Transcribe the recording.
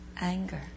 anger